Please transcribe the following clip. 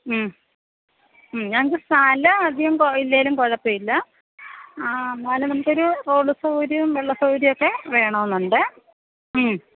മ്മ് മ്മ് ഞങ്ങൾക്ക് സ്ഥലം അധികം ഇല്ലെങ്കിലും കുഴപ്പം ഇല്ല ആ എന്നാലും നമുക്ക് ഒരു റോഡ് സൗകര്യം വെള്ള സൗകര്യം ഒക്കെ വേണം എന്നുണ്ട് മ്മ്